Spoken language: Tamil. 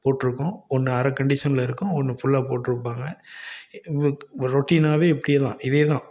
போட்டிருக்கும் ஒன்று அரை கண்டிஷனில் இருக்கும் ஒன்று ஃபுல்லாக போட்டிருப்பாங்க ரொட்டீனாகவே இப்படியே தான் இதே தான்